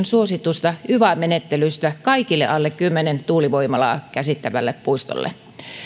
suositusta yva menettelystä kaikille alle kymmenen tuulivoimalaa käsittäville puistoille